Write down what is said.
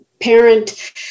parent